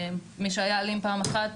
מי שהיה אלים פעם אחת,